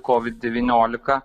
covid devyniolika